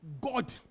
god